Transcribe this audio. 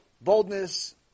Boldness